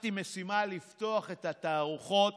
לקחתי משימה לפתוח את התערוכות